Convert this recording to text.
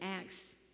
Acts